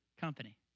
company